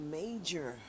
major